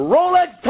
Rolex